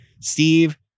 Steve